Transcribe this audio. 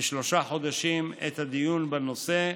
בשלושה חודשים את הדיון בנושא,